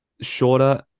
shorter